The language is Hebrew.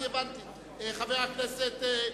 יורדות.